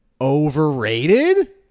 overrated